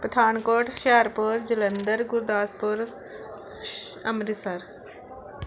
ਪਠਾਨਕੋਟ ਹੁਸ਼ਿਆਰਪੁਰ ਜਲੰਧਰ ਗੁਰਦਾਸਪੁਰ ਸ਼ ਅੰਮ੍ਰਿਤਸਰ